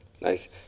Nice